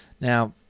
Now